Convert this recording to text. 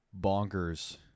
bonkers